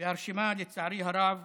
והרשימה לצערי הרב